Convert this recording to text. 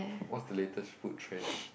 what is the latest food trend